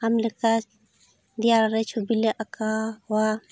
ᱟᱢ ᱞᱮᱠᱟ ᱫᱮᱣᱟᱞ ᱨᱮ ᱪᱷᱩᱵᱤ ᱞᱮ ᱟᱸᱠᱟᱣᱟ